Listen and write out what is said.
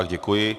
Děkuji.